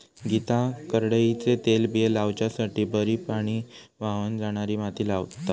गीता करडईचे तेलबिये लावच्यासाठी बरी पाणी व्हावन जाणारी माती लागता